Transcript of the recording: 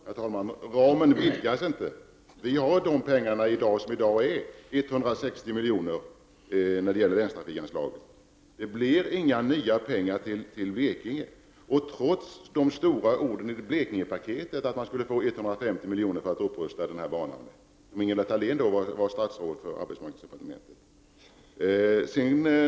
Herr talman! Ramen vidgas inte. Vi har de pengar till förfogande som vi har, 160 milj.kr. i länstrafikanslag. Det blir inga nya pengar till Blekinge, trots de stora ord som uttalades angående det stora Blekingepaketet när Ingela Thalén var arbetsmarknadsminister — att det skulle anslås 150 milj.kr. till upprustning av denna bana.